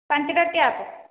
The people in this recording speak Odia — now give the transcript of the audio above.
ପାଞ୍ଚଟା ଟ୍ୟାପ୍